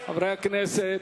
חברי הכנסת.